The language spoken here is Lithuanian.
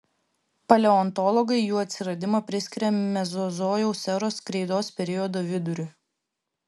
paleontologai jų atsiradimą priskiria mezozojaus eros kreidos periodo viduriui